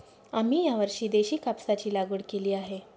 आम्ही यावर्षी देशी कापसाची लागवड केली आहे